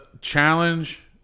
challenge